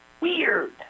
weird